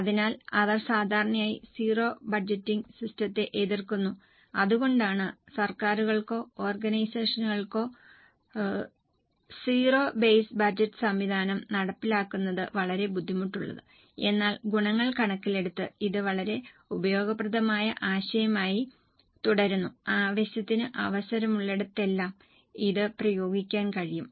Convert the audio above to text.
അതിനാൽ അവർ സാധാരണയായി സീറോ ബജറ്റിംഗ് സിസ്റ്റത്തെ എതിർക്കുന്നു അതുകൊണ്ടാണ് സർക്കാരുകൾക്കോ ഓർഗനൈസേഷനുകൾക്കോ ZBB സംവിധാനം നടപ്പിലാക്കുന്നത് വളരെ ബുദ്ധിമുട്ടുള്ളത് എന്നാൽ ഗുണങ്ങൾ കണക്കിലെടുത്ത് ഇത് വളരെ ഉപയോഗപ്രദമായ ആശയമായി തുടരുന്നു ആവശ്യത്തിന് അവസരമുള്ളിടത്തെല്ലാം ഇത് പ്രയോഗിക്കാൻ കഴിയും